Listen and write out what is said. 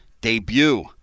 debut